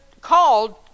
called